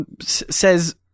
says